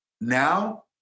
now